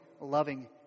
loving